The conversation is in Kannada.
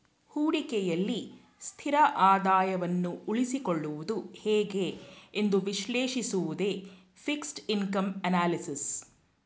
ಹೂಡಿಕೆಯಲ್ಲಿ ಸ್ಥಿರ ಆದಾಯವನ್ನು ಉಳಿಸಿಕೊಳ್ಳುವುದು ಹೇಗೆ ಎಂದು ವಿಶ್ಲೇಷಿಸುವುದೇ ಫಿಕ್ಸೆಡ್ ಇನ್ಕಮ್ ಅನಲಿಸಿಸ್